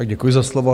Děkuji za slovo.